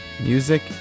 Music